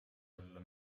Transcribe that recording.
olla